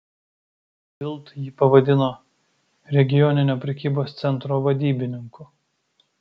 bild jį pavadino regioninio prekybos centro vadybininku